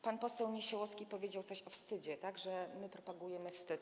Pan poseł Niesiołowski powiedział coś o wstydzie, że my propagujemy wstyd.